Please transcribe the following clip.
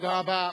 תודה רבה.